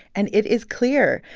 and it is clear.